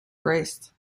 grace